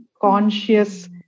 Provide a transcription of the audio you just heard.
conscious